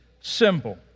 symbol